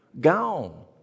Gone